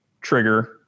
trigger